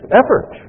effort